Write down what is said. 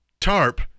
tarp